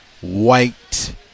White